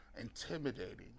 intimidating